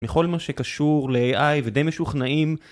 מכל מה שקשור לAI ודי משוכנעים